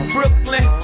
Brooklyn